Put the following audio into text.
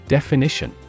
Definition